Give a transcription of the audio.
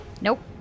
Nope